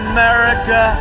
America